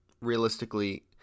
realistically